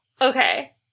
Okay